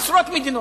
עשרות מדינות.